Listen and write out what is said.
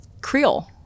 Creole